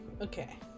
Okay